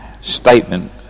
statement